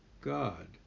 god